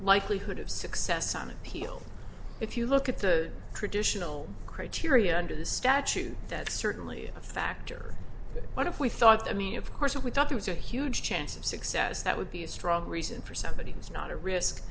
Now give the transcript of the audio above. likelihood of success on appeal if you look at the traditional criteria under the statute that certainly a factor but if we thought i mean of course if we thought there was a huge chance of success that would be a strong reason for somebody who's not a risk